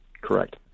Correct